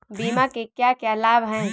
बीमा के क्या क्या लाभ हैं?